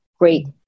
Great